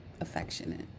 affectionate